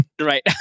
Right